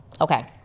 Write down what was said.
Okay